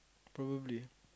probably